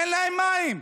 אין להם מים,